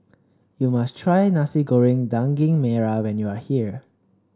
you must try Nasi Goreng Daging Merah when you are here